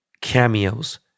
cameos